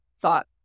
thought